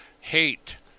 hate